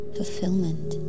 fulfillment